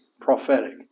prophetic